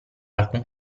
alcun